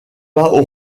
pas